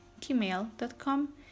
gmail.com